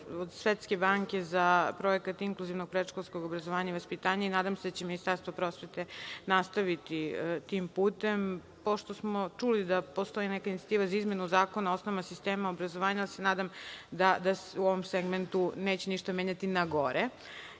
od Svetske banke za projekat inkluzivnog predškolskog obrazovanja i vaspitanja i nadam se da će Ministarstvo prosvete nastaviti tim putem, pošto smo čuli da postoji neka inicijativa za izmenu Zakona o osnovama sistema obrazovanja, ali se nadam da se u ovom segmentu neće ništa menjati na